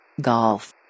Golf